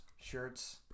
shirts